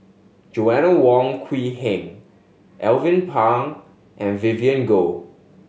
Joanna Wong Quee Heng Alvin Pang and Vivien Goh